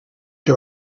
que